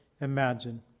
imagine